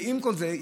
ועם כל זה,